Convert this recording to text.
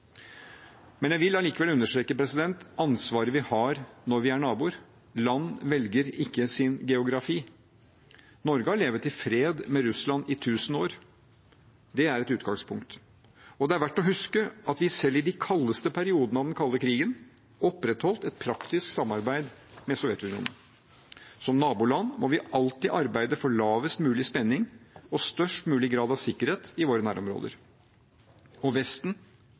Jeg vil allikevel understreke ansvaret vi har når vi er naboer. Land velger ikke sin geografi. Norge har levd i fred med Russland i tusen år. Det er et utgangspunkt. Det er verdt å huske at vi selv i de kaldeste periodene av den kalde krigen opprettholdt et praktisk samarbeid med Sovjetunionen. Som naboland må vi alltid arbeide for lavest mulig spenning og størst mulig grad av sikkerhet i våre nærområder. Vesten